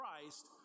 Christ